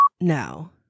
No